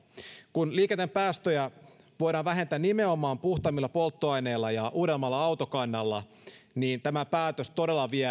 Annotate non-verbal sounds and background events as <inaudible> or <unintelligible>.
kun liikenteen päästöjä voidaan vähentää nimenomaan puhtaammilla polttoaineilla ja uudemmalla autokannalla niin tämä päätös todella vie <unintelligible>